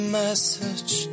message